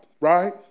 right